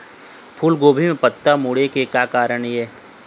फूलगोभी म पत्ता मुड़े के का कारण ये?